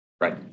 Right